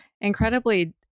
incredibly